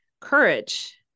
courage